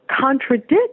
contradict